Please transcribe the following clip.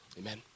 Amen